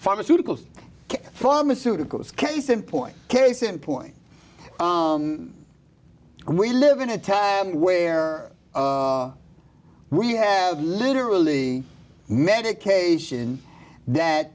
pharmaceuticals pharmaceuticals case in point case in point we live in a tavern where we have literally medication that